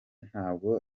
ntabwo